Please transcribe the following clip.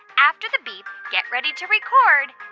after the beep, get ready to record